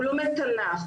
הוא לומד תנ"ך,